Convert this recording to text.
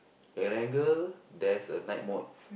Erangel there's a night mode